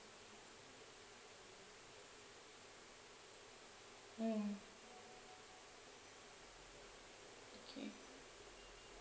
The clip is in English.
mm